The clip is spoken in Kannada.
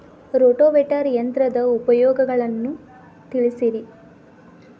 ರೋಟೋವೇಟರ್ ಯಂತ್ರದ ಉಪಯೋಗಗಳನ್ನ ತಿಳಿಸಿರಿ